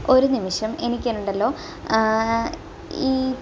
ഒരുനിമിഷം എനിക്ക് എന്നുണ്ടല്ലോ ഈ